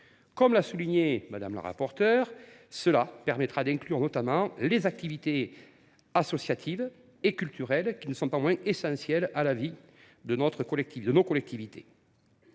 Comme l’a souligné Mme la rapporteure, cette rédaction permettra d’inclure notamment les activités associatives et culturelles, qui ne sont pas moins essentielles à la vie de nos collectivités.